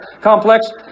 complex